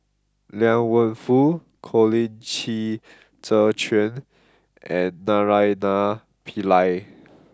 Liang Wenfu Colin Qi Zhe Quan and Naraina Pillai